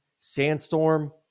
sandstorm